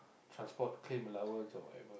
transport claim allowance or whatever